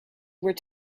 were